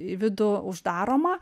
į vidų uždaroma